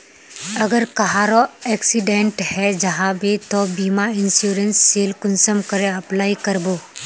अगर कहारो एक्सीडेंट है जाहा बे तो बीमा इंश्योरेंस सेल कुंसम करे अप्लाई कर बो?